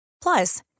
Plus